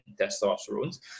testosterone